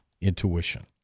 intuition